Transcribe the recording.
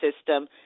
system